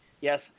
Yes